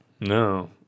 No